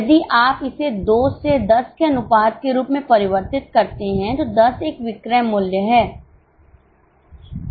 यदि आप इसे 2 से 10 के अनुपात के रूप में परिवर्तित करते हैं तो 10 एक विक्रय मूल्य है